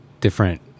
different